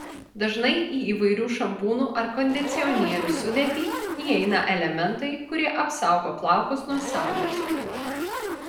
dažnai į įvairių šampūnų ar kondicionierių sudėtį įeina elementai kurie apsaugo plaukus nuo saulės